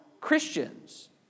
Christians